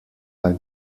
mal